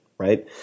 right